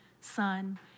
son